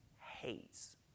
hates